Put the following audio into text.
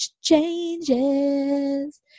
changes